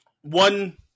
One